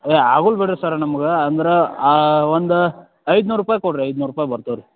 ಏಯ್ ಆಗಲ್ಲ ಬಿಡಿರಿ ಸರ್ ನಮ್ಗೆ ಅಂದ್ರೆ ಒಂದು ಐದುನೂರು ರೂಪಾಯಿ ಕೊಡಿರಿ ಐದುನೂರು ರೂಪಾಯ್ಗೆ ಬರ್ತೇವೆ ರೀ